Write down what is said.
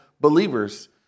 believers